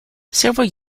several